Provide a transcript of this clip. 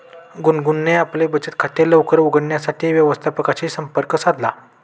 गुनगुनने आपले बचत खाते लवकर उघडण्यासाठी व्यवस्थापकाशी संपर्क साधला